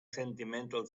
sentimental